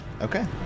Okay